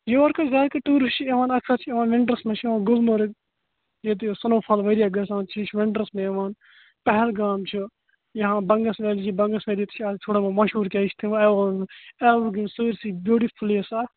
یور کُن زیادٕ تَر ٹورِسٹ چھِ یِوان اکثر چھِ یِوان وِنٹَرس منز چھِ یِوان گُلمرگ ییٚتہِ سٕنو فال واریاہ گَژھان چھِ یہ چھِ وِنٹرس کُن یوان پہلگام چھُ یا بَنگس ویلی چھِ بَنگس ویلی تہِ چھِ تھوڑا بہت مہشور کیازِ یہِ چھِ یوان ایورگرین ایورگرین سٲرسٕے بیوٗٹِفُل پٕلیس اکھ